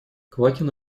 квакин